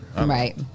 right